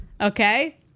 Okay